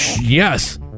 Yes